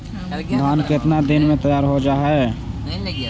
धान केतना दिन में तैयार हो जाय है?